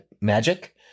magic